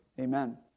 Amen